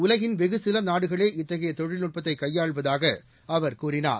உலகின் வெகு சில நாடுகளே இத்தகைய தொழில்நுட்பத்தை கையாளுவதாக அவர் கூறினார்